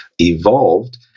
evolved